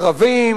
ערבים,